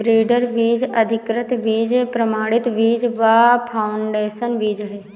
breeder बीज, अधिकृत बीज, प्रमाणित बीज व फाउंडेशन बीज है